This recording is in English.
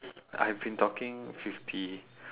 I've been talking fifty